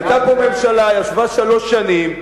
היתה פה ממשלה, ישבה שלוש שנים,